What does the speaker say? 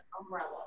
umbrella